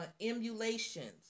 emulations